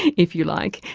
if you like,